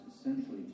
essentially